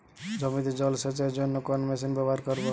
জমিতে জল সেচের জন্য কোন মেশিন ব্যবহার করব?